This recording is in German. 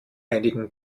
einigen